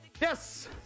Yes